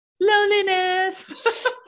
Loneliness